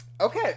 Okay